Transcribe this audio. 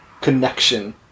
connection